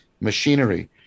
machinery